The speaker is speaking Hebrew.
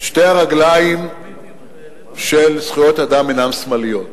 שתי הרגליים של זכויות אדם אינן שמאליות.